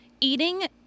Eating